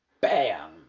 Bam